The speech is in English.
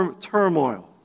turmoil